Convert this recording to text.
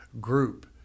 group